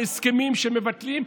על הסכמים שמבטלים.